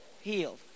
healed